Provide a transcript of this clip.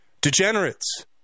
degenerates